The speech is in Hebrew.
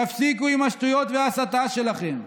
תפסיקו עם השטויות וההסתה שלכם.